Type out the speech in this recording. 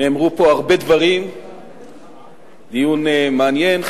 דיון מעניין,